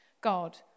God